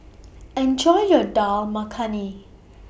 Enjoy your Dal Makhani